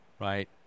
right